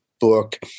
book